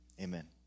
amen